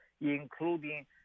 including